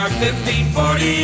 1540